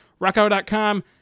rockauto.com